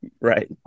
Right